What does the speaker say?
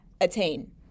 attain